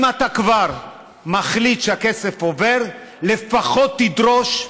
אם אתה כבר מחליט שהכסף עובר, לפחות תדרוש,